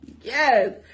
Yes